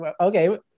okay